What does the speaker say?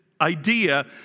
idea